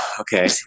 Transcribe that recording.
okay